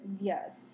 Yes